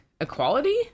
equality